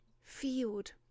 Field